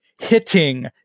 hitting